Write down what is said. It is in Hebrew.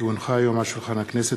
כי הונחה היום על שולחן הכנסת,